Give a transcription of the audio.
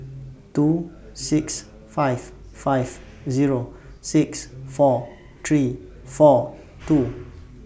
two six five five Zero six four three four two